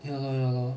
ya lor